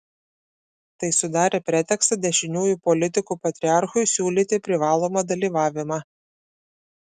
tai sudarė pretekstą dešiniųjų politikų patriarchui siūlyti privalomą dalyvavimą